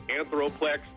Anthroplex